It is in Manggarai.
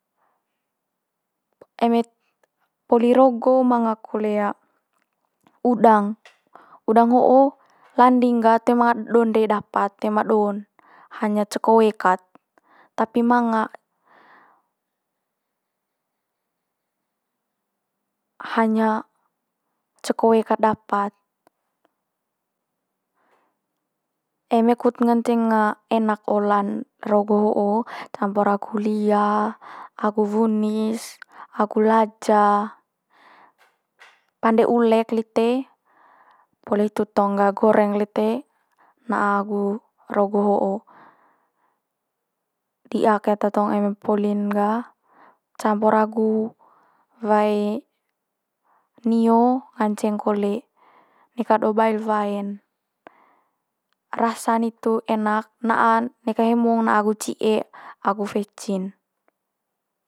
Eme't poli rogo manga kole udang. Udang ho'o landing gah toe manga donde dapat toe ma do'n hanya ce koe kat. Tapi manga hanya ce koe kat dapat. Eme kut ngance enak ola'n rogo ho'o, campur agu lia, agu wunis, agu laja, pande ulek lite poli hitu tong gah goreng lite na'a agu rogo ho'o. Di'a keta tong eme poli'n gah campur agu wae nio nganceng kole neka do bail wae'n. Rasa'n hitu enak na'a neka hemong na'a agu ci'e agu vecin.